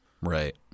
right